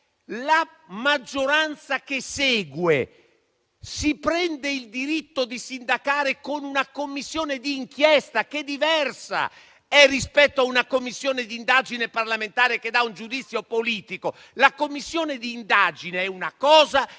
la maggioranza che segue si prende il diritto di sindacare con una Commissione di inchiesta, che è diversa rispetto a una Commissione di indagine parlamentare che dà un giudizio politico, in quanto la prima